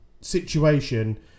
situation